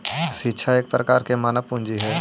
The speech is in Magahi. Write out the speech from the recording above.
शिक्षा एक प्रकार के मानव पूंजी हइ